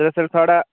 जिस दिन साढ़ा